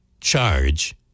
charge